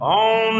on